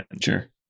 Sure